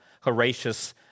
Horatius